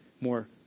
more